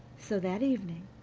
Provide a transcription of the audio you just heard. so that evening,